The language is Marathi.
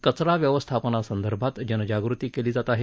कचरा व्यवस्थापनासंदर्भात जनजागृती केली जात आहे